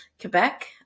Quebec